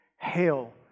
Hail